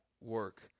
work